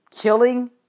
Killing